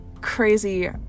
crazy